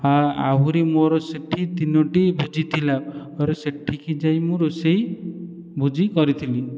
ହଁ ଆହୁରି ମୋର ସେଇଠି ତିନୋଟି ଭୋଜି ଥିଲା ମୋର ସେଠିକି ଯାଇ ମୁଁ ରୋଷେଇ ଭୋଜି କରିଥିଲି